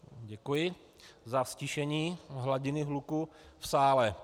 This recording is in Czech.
Děkuji za ztišení hladiny hluku v sále.